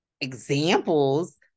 examples